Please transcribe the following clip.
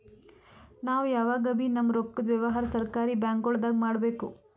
ನಾವ್ ಯಾವಗಬೀ ನಮ್ಮ್ ರೊಕ್ಕದ್ ವ್ಯವಹಾರ್ ಸರಕಾರಿ ಬ್ಯಾಂಕ್ಗೊಳ್ದಾಗೆ ಮಾಡಬೇಕು